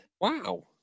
Wow